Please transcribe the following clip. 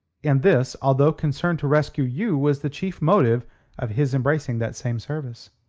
and this, although concern to rescue you was the chief motive of his embracing that same service.